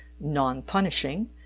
non-punishing